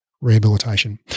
Rehabilitation